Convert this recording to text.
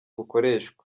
bukoreshwa